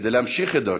כדי להמשיך את דרכו,